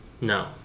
No